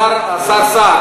השר סער,